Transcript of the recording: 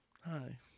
Hi